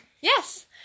Yes